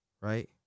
right